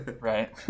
right